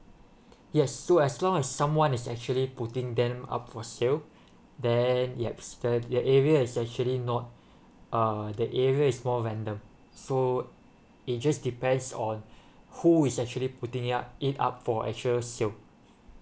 yes so as long as someone is actually putting them up for sale there yes the area is actually not uh the area is more random so it just depends on who is actually putting it up it up for actual sale